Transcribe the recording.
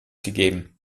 gegeben